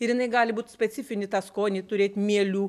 ir jinai gali būt specifinį tą skonį turėt mielių